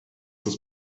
das